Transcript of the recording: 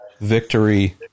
victory